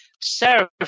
Sarah